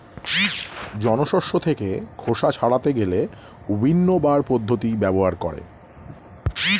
জন শস্য থেকে খোসা ছাড়াতে গেলে উইন্নবার পদ্ধতি ব্যবহার করে